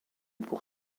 pour